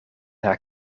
haar